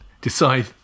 decide